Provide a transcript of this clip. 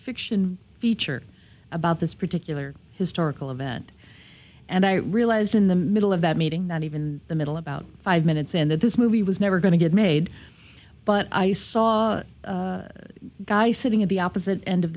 fiction feature about this particular historical event and i realized in the middle of that meeting that even the middle about five minutes and that this movie was never going to get made but i saw a guy sitting at the opposite end of